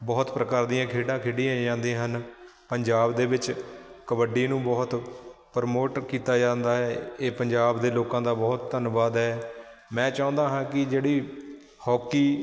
ਬਹੁਤ ਪ੍ਰਕਾਰ ਦੀਆਂ ਖੇਡਾਂ ਖੇਡੀਆਂ ਜਾਂਦੀਆਂ ਹਨ ਪੰਜਾਬ ਦੇ ਵਿੱਚ ਕਬੱਡੀ ਨੂੰ ਬਹੁਤ ਪ੍ਰਮੋਟ ਕੀਤਾ ਜਾਂਦਾ ਹੈ ਇਹ ਪੰਜਾਬ ਦੇ ਲੋਕਾਂ ਦਾ ਬਹੁਤ ਧੰਨਵਾਦ ਹੈ ਮੈਂ ਚਾਹੁੰਦਾ ਹਾਂ ਕਿ ਜਿਹੜੀ ਹੋਕੀ